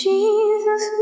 Jesus